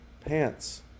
Pants